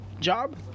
job